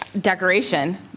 decoration